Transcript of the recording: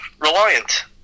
Reliant